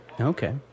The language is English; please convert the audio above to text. Okay